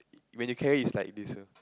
when you carry is like this loh